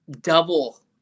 double